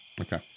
Okay